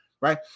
right